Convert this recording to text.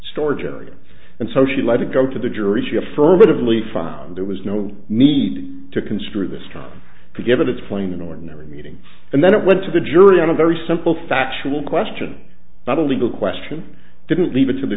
storage area and so she let it go to the jury she affirmatively found there was no need to construe this trial to give it its plain ordinary meaning and then it went to the jury on a very simple factual question not a legal question didn't leave it to the